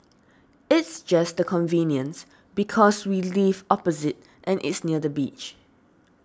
it's just the convenience because we live opposite and it's near the beach